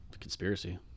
conspiracy